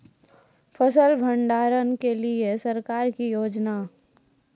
फसल भंडारण के लिए सरकार की योजना?